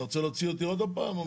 אתה רוצה להוציא אותי עוד פעם או מה?